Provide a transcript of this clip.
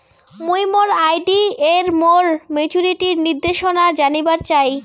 মুই মোর আর.ডি এর মোর মেচুরিটির নির্দেশনা জানিবার চাই